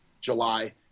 July